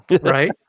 right